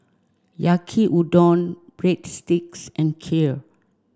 Yaki Udon Breadsticks and Kheer